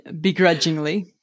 Begrudgingly